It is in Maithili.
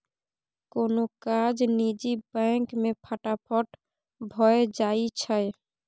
कोनो काज निजी बैंक मे फटाफट भए जाइ छै